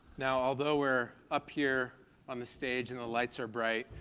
now, although we're up here on the stage and the lights are bright,